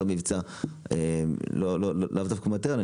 לאו דווקא מטרנה,